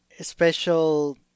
special